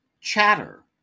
Chatter